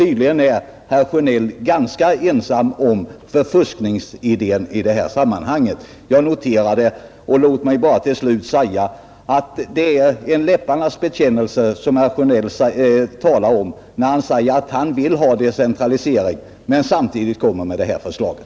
Tydligen är herr Sjönell ganska ensam om uppfattningen att denna idé skulle ha förfuskats. Jag noterar det! Låt mig till slut bara påpeka att det är en läpparnas bekännelse när herr Sjönell säger att han vill ha en decentralisering och samtidigt kommer med det här förslaget.